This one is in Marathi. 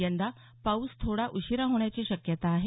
यंदा पाऊस थोडा उशीरा होण्याची शक्यता आहे